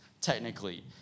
technically